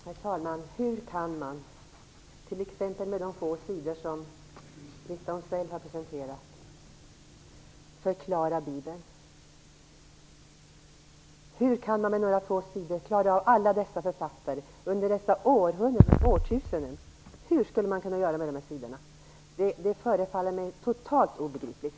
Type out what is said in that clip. Herr talman! Hur kan man med de få sidor som presenterats förklara Bibeln? Hur kan man med några få sidor klara av alla dessa författare under dessa årtusenden? Hur skulle man kunna göra det? Det förefaller mig totalt obegripligt.